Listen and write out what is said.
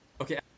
Okay